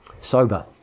sober